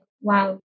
wow